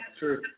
true